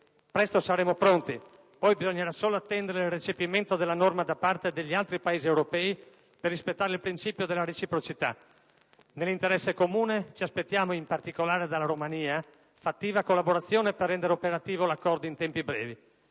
presto saremo pronti. Poi bisognerà solo attendere il recepimento della norma da parte degli altri Paesi europei, per rispettare il principio della reciprocità. Nell'interesse comune ci aspettiamo, in particolare dalla Romania, fattiva collaborazione per rendere operativo l'accordo in tempi brevi.